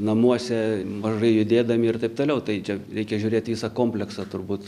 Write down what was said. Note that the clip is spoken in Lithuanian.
namuose mažai judėdami ir taip toliau tai čia reikia žiūrėti visą kompleksą turbūt